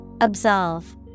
Absolve